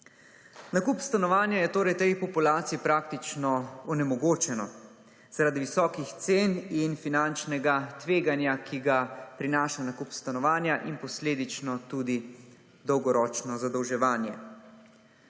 Nakup stanovanja je torej tej populaciji praktično onemogočeno, zaradi visokih cen in finančnega tveganja, ki ga prinaša nakup stanovanja in posledično tudi dolgoročno zadolževanje.